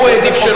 הוא העדיף שלא.